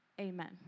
Amen